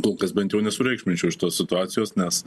kol kas bent jau nesureikšminčiau šitos situacijos nes